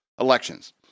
elections